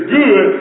good